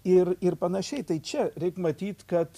ir ir panašiai tai čia reik matyt kad